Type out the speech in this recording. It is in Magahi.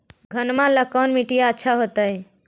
घनमा ला कौन मिट्टियां अच्छा होतई?